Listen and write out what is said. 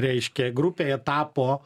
reiškia grupė jie tapo